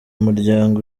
muryango